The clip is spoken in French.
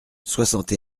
soixante